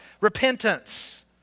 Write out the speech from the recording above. repentance